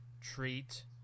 treat